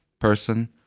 person